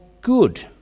good